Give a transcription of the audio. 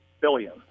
billion